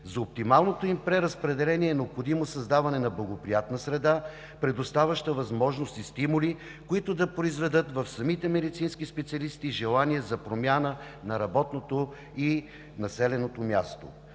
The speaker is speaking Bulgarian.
За оптималното им преразпределение е необходимо създаване на благоприятна среда, предоставяща възможност и стимули, които да произведат в самите медицински специалисти желание за промяна на работното и населеното място.